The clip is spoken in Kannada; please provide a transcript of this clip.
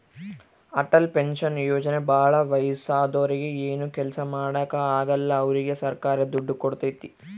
ಅಟಲ್ ಪೆನ್ಶನ್ ಯೋಜನೆ ಭಾಳ ವಯಸ್ಸಾದೂರಿಗೆ ಏನು ಕೆಲ್ಸ ಮಾಡಾಕ ಆಗಲ್ಲ ಅವ್ರಿಗೆ ಸರ್ಕಾರ ದುಡ್ಡು ಕೋಡ್ತೈತಿ